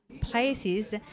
places